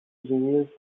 revealed